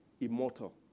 immortal